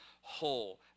whole